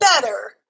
better